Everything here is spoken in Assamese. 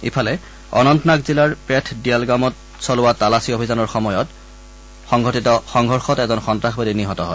ইফালে অনন্তনাগ জিলাৰ পেথ দিয়ালগামত চলোৱা তালাচী অভিযানৰ সময়ত সংঘটিত সংঘৰ্যত এজন সন্ত্ৰাসবাদী নিহত হয়